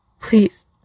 please